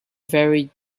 very